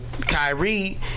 Kyrie